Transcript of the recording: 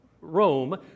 Rome